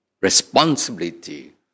responsibility